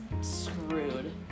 screwed